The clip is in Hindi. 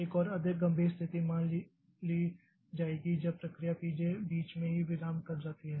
एक और अधिक गंभीर स्थिति मान ली जाएगी जब प्रक्रिया P j बीच में ही विराम कर जाती है